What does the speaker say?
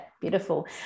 beautiful